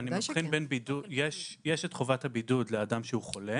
אני מבחין בין בידוד יש את חובת הבידוד לאדם שהוא חולה.